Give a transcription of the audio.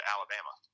Alabama